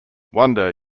wonder